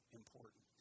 important